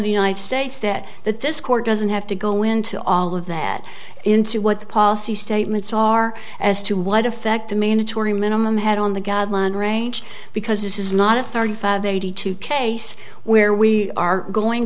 the united states that that this court doesn't have to go into all of that into what the policy statements are as to what effect the mandatory minimum had on the guideline range because this is not a thirty five eighty two case where we are going